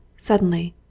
suddenly,